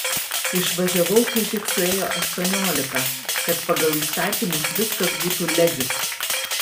išvažiavau kai tik suėjo aštuoniolika kad pagal įstatymus viskas būtų ledžit